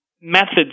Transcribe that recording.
methods